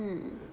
mm